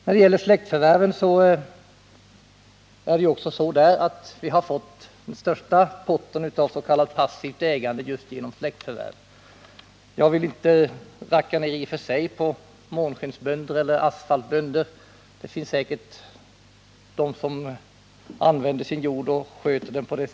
När det gäller släktförvärv har vi fått den största potten av s.k. passivt ägande på detta sätt. Jag vill inte i och för sig racka ned på månskensbönder eller asfaltbönder. Det finns säkert de som använder sin jord och sköter den riktigt.